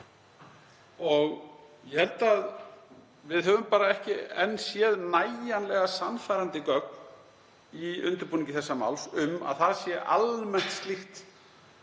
og ég held að við höfum bara ekki enn séð nægjanlega sannfærandi gögn í undirbúningi þessa máls um að almennt sé